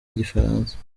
igifaransa